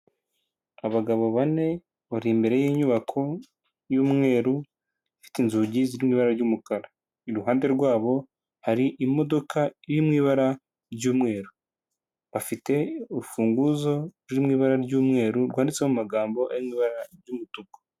Abagabo bane bari imbere yinyubako y'umweru ifite inzugi ziri mu ibara ry'umukara iruhande rwabo hari imodoka iri mu ibara ry'umweru, afite urufunguzo ruri mu ibara ry'umweru rwanditseho amagambo ari mu ibara ry'umutuku.